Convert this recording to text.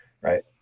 right